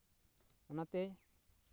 ᱚᱱᱟᱛᱮ